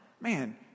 Man